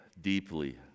deeply